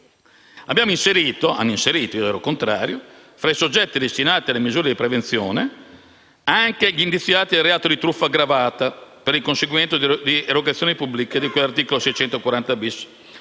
Abbiamo inserito, o meglio hanno inserito - io ero contrario - tra i soggetti destinatari delle misure di prevenzione anche gli indiziati del reato di truffa aggravata per il conseguimento di erogazioni pubbliche, di cui all'articolo 640*-bis*